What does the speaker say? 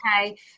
Okay